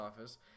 Office